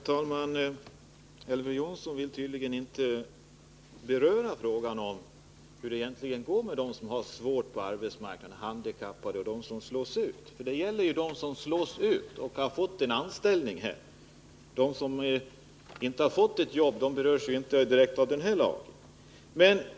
Herr talman! Elver Jonsson vill tydligen inte beröra frågan om hur det egentligen går med dem som har det svårt på arbetsmarknaden, som de handikappade. Det gäller ju dem som slås ut — och som har anställning. De som inte har jobb berörs ju inte direkt av den här lagen.